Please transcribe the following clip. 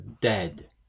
dead